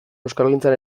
euskalgintzan